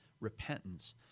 repentance